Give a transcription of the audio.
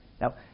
Now